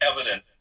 evident